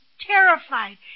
Terrified